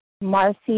Marcy